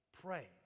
Pray